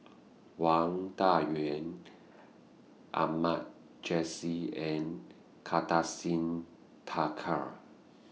Wang Dayuan Ahmad Jais and Kartar Singh Thakral